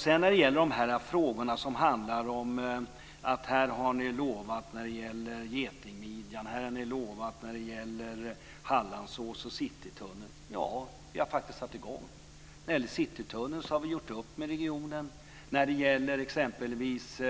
Sedan gällde det allt vi lovat när det gäller getingmidjan, Hallandsås, Citytunneln osv. Ja, vi har faktiskt satt i gång. När det gäller Citytunneln har vi gjort upp med regionen. När det gäller exempelvis